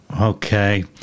Okay